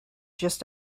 just